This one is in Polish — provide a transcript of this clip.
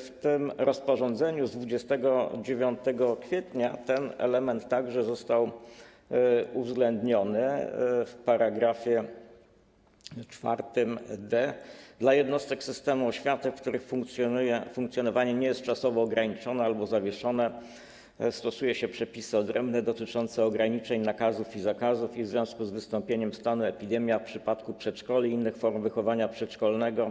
W rozporządzeniu z 29 kwietnia w § 4d ten element także został uwzględniony: dla jednostek systemu oświaty, których funkcjonowanie nie jest czasowo ograniczone, stosuje się przepisy odrębne dotyczące ograniczeń, nakazów i zakazów i w związku z wystąpieniem stanu epidemii, a w przypadku przedszkoli i innych form wychowania przedszkolnego